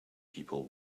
people